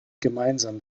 gemeinsam